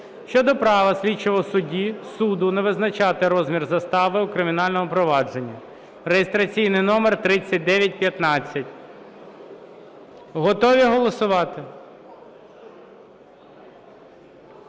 щодо права слідчого судді, суду не визначати розмір застави у кримінальному провадженні (реєстраційний номер 3915). Готові голосувати?